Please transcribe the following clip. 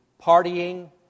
partying